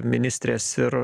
ministrės ir